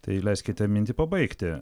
tai leiskite mintį pabaigti